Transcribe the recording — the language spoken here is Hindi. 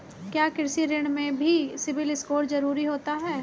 क्या कृषि ऋण में भी सिबिल स्कोर जरूरी होता है?